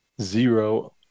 zero